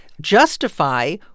justify